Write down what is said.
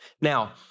Now